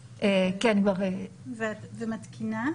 כבר, ומתקינה.